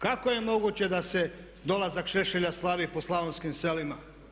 Kako je moguće da se dolazak Šešelja slavi po slavonskim selima?